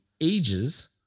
ages